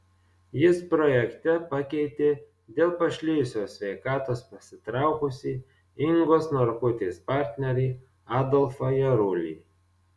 jis projekte pakeitė dėl pašlijusios sveikatos pasitraukusį ingos norkutės partnerį adolfą jarulį